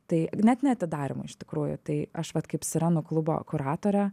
tai net neatidarymo iš tikrųjų tai aš vat kaip sirenų klubo kuratorė